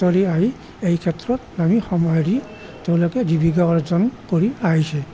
আঁতৰি আহি এই ক্ষেত্ৰত নামি সামাহাৰি তেওঁলোকে জীৱিকা অৰ্জন কৰি আহিছে